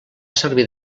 servir